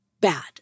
bad